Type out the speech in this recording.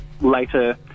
later